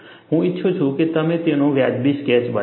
હું ઇચ્છું છું કે તમે તેનો વાજબી સ્કેચ બનાવો